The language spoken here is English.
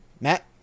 Matt